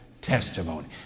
testimony